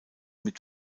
mit